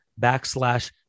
backslash